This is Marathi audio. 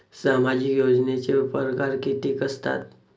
सामाजिक योजनेचे परकार कितीक असतात?